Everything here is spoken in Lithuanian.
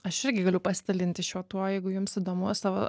aš irgi galiu pasidalinti šiuo tuo jeigu jums įdomu savo